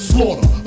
Slaughter